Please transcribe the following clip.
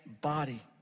body